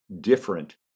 Different